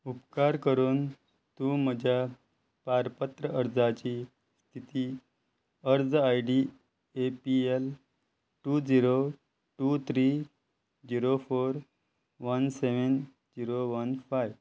उपकार करून तूं म्हज्या पारपत्र अर्जाची स्थिती अर्ज I D A P L two zero two three zero four one seven zero one five